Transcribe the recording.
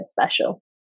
special